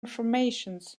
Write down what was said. formations